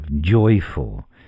joyful